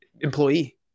employee